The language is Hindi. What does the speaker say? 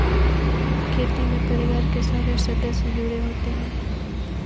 खेती में परिवार के सारे सदस्य जुड़े होते है